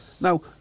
now